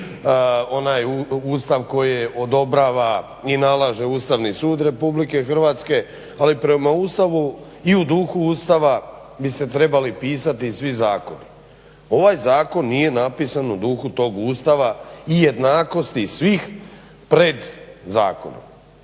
onaj Ustav koji odobrava i nalaže Ustavni sud RH, ali prema Ustavu i u duhu Ustava bi se trebali pisati svi zakoni. Ovaj zakon nije napisan u duhu tog Ustava i jednakosti svih pred zakonom.